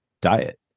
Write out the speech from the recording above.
diet